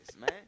man